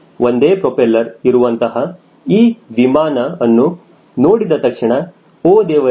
ಒಂದೇ ಪ್ರೋಪೆಲ್ಲರ್ ಇರುವಂತಹ ವಿಮಾನ ಅನ್ನು ನೋಡಿದ ತಕ್ಷಣ ಓ ದೇವರೇ